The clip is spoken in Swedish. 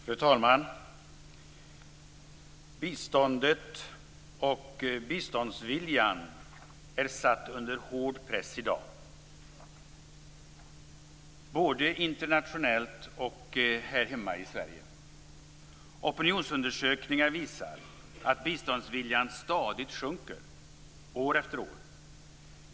Fru talman! Biståndet och biståndsviljan är satt under hård press i dag, både internationellt och här hemma i Sverige. Opinionsundersökningar visar att biståndsviljan stadigt sjunker år efter år.